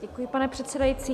Děkuji, pane předsedající.